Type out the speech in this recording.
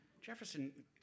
Jefferson